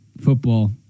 Football